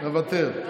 מוותר,